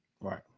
Right